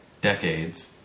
decades